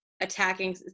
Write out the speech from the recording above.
attacking